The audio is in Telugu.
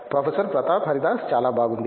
ప్రొఫెసర్ ప్రతాప్ హరిదాస్ చాలా బాగుంది